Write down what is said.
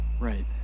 Right